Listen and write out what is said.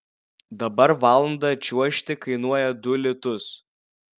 dabar valandą čiuožti kainuoja du litus